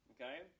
okay